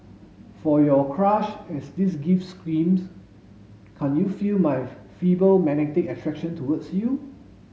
for your crush as this gift screams can't you feel my feeble magnetic attraction towards you